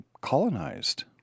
colonized